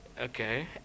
Okay